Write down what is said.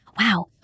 wow